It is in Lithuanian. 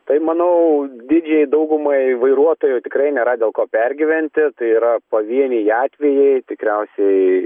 tai manau didžiajai daugumai vairuotojų tikrai nėra dėl ko pergyventi tai yra pavieniai atvejai tikriausiai